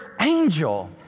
angel